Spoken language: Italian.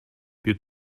più